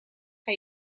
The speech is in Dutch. hij